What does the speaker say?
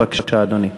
בבקשה, אדוני.